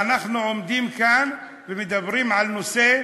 כשאנחנו עומדים כאן ומדברים על נושא,